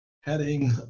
heading